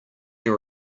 your